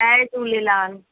Jay Jhulelal